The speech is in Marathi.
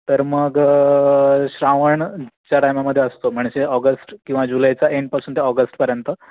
तर मग श्रावणाच्या टायमामध्ये असतो म्हणजे ऑगस्ट किंवा जुलैच्या एंड पासून ते ऑगस्ट पर्यंत